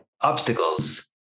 Obstacles